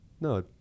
No